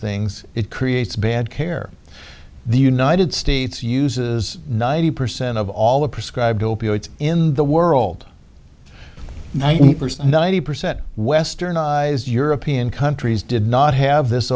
things it creates bad care the united states uses ninety percent of all the prescribed opiates in the world ninety percent ninety percent westernize european countries did not have this